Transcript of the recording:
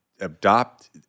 adopt